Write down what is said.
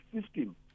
system